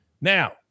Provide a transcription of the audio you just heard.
Now